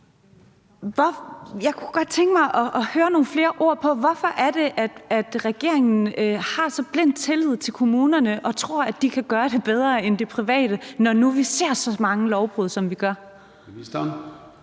hvorfor regeringen har så blind tillid til kommunerne og tror, at de kan gøre det bedre end det private, når nu vi ser så mange lovbrud, som vi gør?